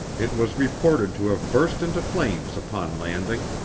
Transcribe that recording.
it was reported to have burst into flames upon landing.